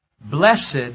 Blessed